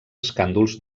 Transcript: escàndols